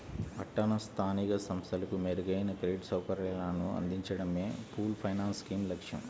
పట్టణ స్థానిక సంస్థలకు మెరుగైన క్రెడిట్ సౌకర్యాలను అందించడమే పూల్డ్ ఫైనాన్స్ స్కీమ్ లక్ష్యం